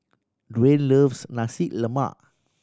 Duane loves Nasi Lemak